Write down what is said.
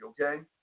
okay